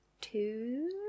two